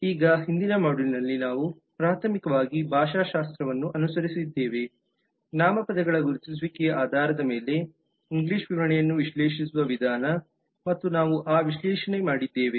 ಈಗ ಹಿಂದಿನ ಮಾಡ್ಯೂಲ್ನಲ್ಲಿ ನಾವು ಪ್ರಾಥಮಿಕವಾಗಿ ಭಾಷಾಶಾಸ್ತ್ರವನ್ನು ಅನುಸರಿಸಿದ್ದೇವೆ ನಾಮಪದಗಳ ಗುರುತಿಸುವಿಕೆಯ ಆಧಾರದ ಮೇಲೆ ಇಂಗ್ಲಿಷ್ ವಿವರಣೆಯನ್ನು ವಿಶ್ಲೇಷಿಸುವ ವಿಧಾನ ಮತ್ತು ನಾವು ಆ ವಿಶ್ಲೇಷಣೆ ಮಾಡಿದ್ದೇವೆ